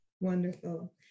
Wonderful